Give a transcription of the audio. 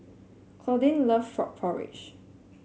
Claudine loves Frog Porridge